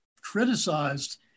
criticized